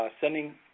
sending